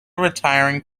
retiring